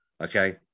okay